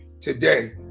Today